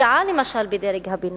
למשל השקעה בדרג הביניים.